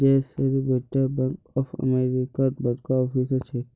जयेशेर बेटा bank of अमेरिकात बड़का ऑफिसर छेक